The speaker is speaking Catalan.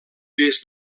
des